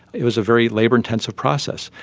it was a very labour-intensive process.